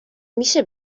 میشه